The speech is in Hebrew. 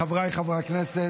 חבריי חברי הכנסת,